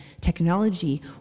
technology